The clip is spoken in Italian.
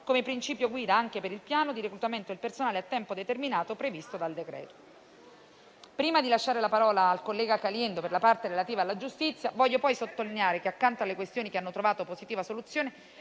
come principio guida anche per il piano di reclutamento del personale a tempo determinato previsto dal decreto-legge.